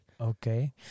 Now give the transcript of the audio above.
okay